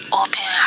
open